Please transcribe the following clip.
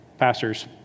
pastor's